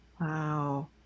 Wow